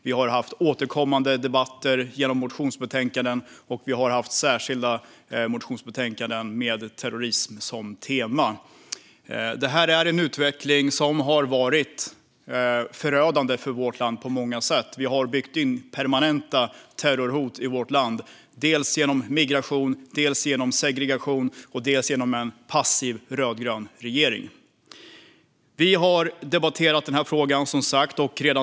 Vi har haft återkommande debatter genom motionsbetänkanden, och vi har haft särskilda motionsbetänkanden med terrorism som tema. Detta är en utveckling som på många sätt har varit förödande för vårt land. Vi har byggt in permanenta terrorhot i vårt land dels genom migration, dels genom segregation och dels genom en passiv rödgrön regering. Vi har som sagt redan debatterat denna fråga.